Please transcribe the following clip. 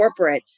corporates